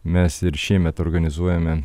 mes ir šiemet organizuojame